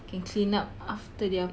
can clean up after their